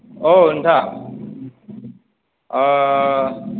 औ नोंथां